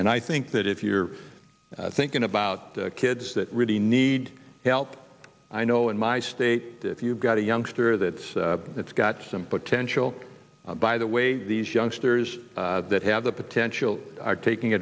and i think that if you're thinking about kids that really need help i know in my state if you've got a youngster that's that's got some potential by the way these youngsters that have the potential are taking